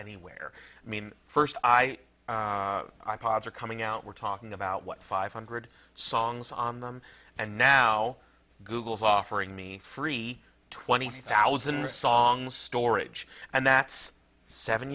anywhere i mean first i pods are coming out we're talking about what five hundred songs on them and now google is offering me free twenty thousand songs storage and that's seven